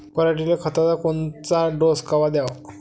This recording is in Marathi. पऱ्हाटीले खताचा कोनचा डोस कवा द्याव?